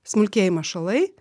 smulkieji mašalai